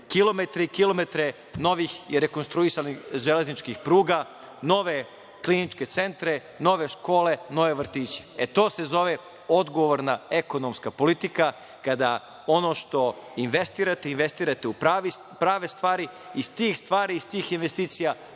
kilometre i kilometre novih i rekonstruisanih železničkih pruga, nove kliničke centre, nove škole, nove vrtiće.E, to se zove odgovorna ekonomska politika, kada ono što investirate, investirate u prave stvari i iz tih stvari, investicija,